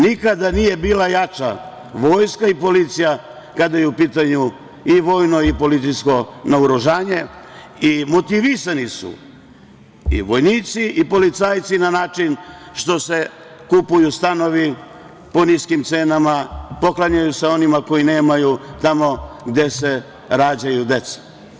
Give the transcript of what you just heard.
Nikada nije bila jača vojska i policija kada je u pitanju i vojno i policijsko naoružanje i motivisani su i vojnici i policajci na način što se kupuju stanovi po niskim cenama, poklanjaju se onima koji nemaju, tamo gde se rađaju deca.